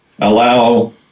allow